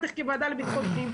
בטח כוועדה לביטחון פנים,